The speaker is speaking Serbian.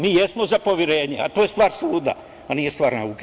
Mi jesmo za poverenje, ali to je stvar sud, a nije stvar nauke.